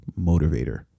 motivator